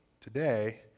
today